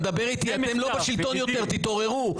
אתם לא בשלטון יותר, תתעוררו.